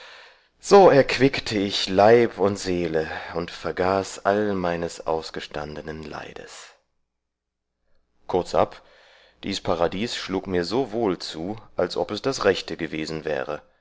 so erquickte ich leib und seele und vergaß all meines ausgestandenen leides kurzab dies paradeis schlug mir so wohl zu als ob es das rechte gewesen wäre